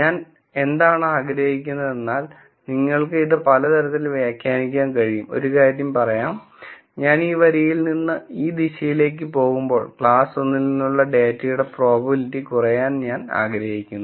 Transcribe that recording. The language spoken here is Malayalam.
ഞാൻ എന്താണ് ആഗ്രഹിക്കുന്നത് എന്തെന്നാൽ നിങ്ങൾക്ക് ഇത് പല തരത്തിൽ വ്യാഖ്യാനിക്കാൻ കഴിയും ഒരു കാര്യം പറയാം ഞാൻ ഈ വരിയിൽ നിന്ന് ഈ ദിശയിലേക്ക് പോകുമ്പോൾ ക്ലാസ് 1 ൽ നിന്നുള്ള ഡാറ്റയുടെ പ്രോബബിലിറ്റി കുറയാൻ ഞാൻ ആഗ്രഹിക്കുന്നു